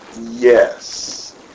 Yes